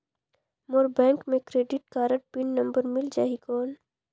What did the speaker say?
मोर bank मे credit card pin number मिल जाहि कौन?